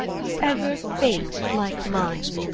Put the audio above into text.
was ever fate like mine?